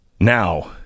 now